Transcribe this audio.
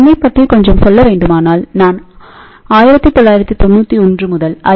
என்னைப் பற்றி கொஞ்சம் சொல்ல வேண்டுமானால் நான்1991 முதல் ஐ